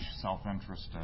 self-interested